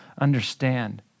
understand